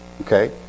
okay